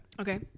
Okay